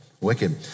wicked